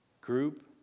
group